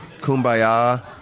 kumbaya